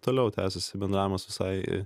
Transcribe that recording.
toliau tęsiasi bendravimas visai